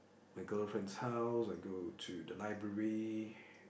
my girlfriend's house I go to the library